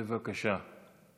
בבקשה.